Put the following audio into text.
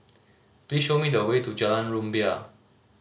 please show me the way to Jalan Rumbia